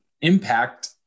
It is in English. impact